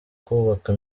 kubaka